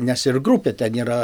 nes ir grupė ten yra